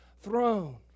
throne